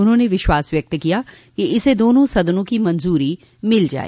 उन्होंने विश्वास व्यक्त किया कि इसे दोनों सदनों की मंजूरी मिल जाय